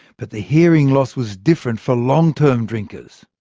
but the hearing loss was different for long-term drinkers.